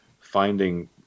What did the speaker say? finding